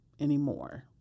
anymore